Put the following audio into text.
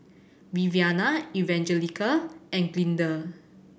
Viviana Evangelina and Glinda